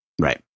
Right